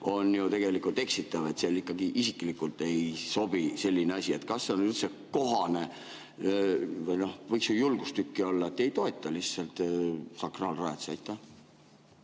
on ju tegelikult eksitav. See ikkagi isiklikult ei sobi, selline asi. Kas see on üldse kohane? Võiks ju julgustükk olla, et ei toeta lihtsalt sakraalrajatisi.